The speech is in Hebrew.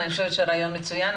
אני חושבת שהרעיון מצוין.